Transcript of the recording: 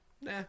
Nah